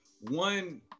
one